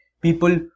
people